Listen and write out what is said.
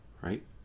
Right